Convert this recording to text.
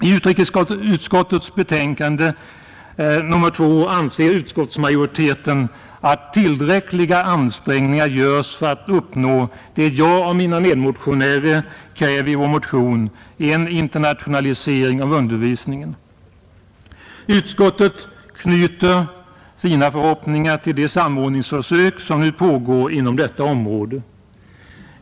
I utrikesutskottets betänkande nr 2 anser utskottsmajoriteten att tillräckliga ansträngningar görs för att uppnå det jag och mina medmotionärer kräver i vår motion — en internationalisering av undervisningen. Utskottet knyter sina förhoppningar till de samordningsförsök som nu pågår inom detta område.